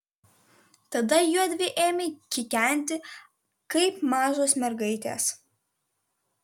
tada juodvi ėmė kikenti kaip mažos mergaitės